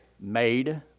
made